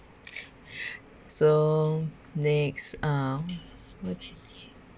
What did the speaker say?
so next uh what